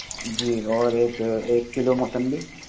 جی اور ایک ایک کلو مسمی